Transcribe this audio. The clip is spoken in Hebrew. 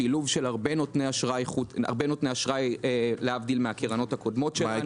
שילוב של הרבה נותני אשראי להבדיל מהקרנות הקודמות שלנו.